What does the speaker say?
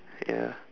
ya